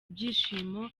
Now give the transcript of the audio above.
ibyishimo